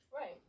Right